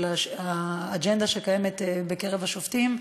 של האג'נדה שקיימת בקרב השופטים.